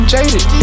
Jaded